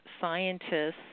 scientists